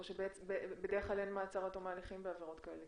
או שבדרך כלל אין מעצר עד תום ההליכים בעבירות כאלה?